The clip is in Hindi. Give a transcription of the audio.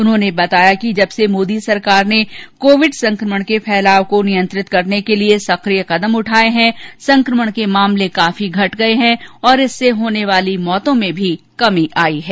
उन्होंने बताया कि जब से मोदी सरकार ने कोविड संक्रमण के फैलाव को नियंत्रित करने के लिए सक्रिय कदम उठाये हैं संक्रमण के मामले काफी घट गये हैं और इससे होने वाली मौतों में भी कमी आई है